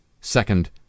second